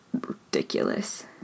ridiculous